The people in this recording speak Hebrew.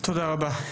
תודה רבה.